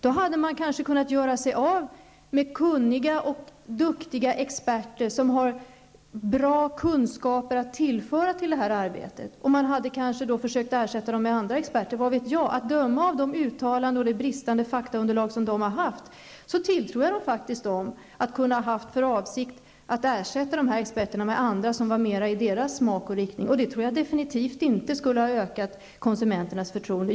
Då hade de kanske kunnat göra sig av med kunniga, duktiga experter, som har bra kunskaper att tillföra arbetet, och kanske försökt att ersätta dem med andra experter -- vad vet jag? Att döma av de uttalanden de har gjort och det bristande faktaunderlag de har haft, tror jag dem faktiskt om att kunna ha haft för avsikt att ersätta dessa experter med andra, som är mera i deras smakriktning. Det tror jag definitivt inte skulle ha ökat konsumenternas förtroende.